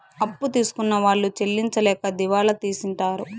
అప్పు తీసుకున్న వాళ్ళు చెల్లించలేక దివాళా తీసింటారు